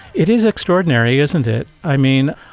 it is extraordinary, isn't it. i mean,